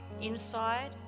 inside